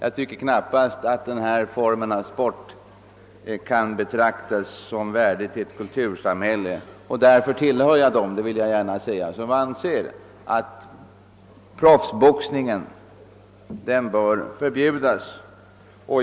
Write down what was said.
Denna form av sport kan enligt min mening inte betraktas som värdig ett kultursamhälle, och därför tillhör jag dem som — det vill jag gärna säga — anser att proffsboxningen bör förbjudas.